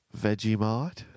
Vegemite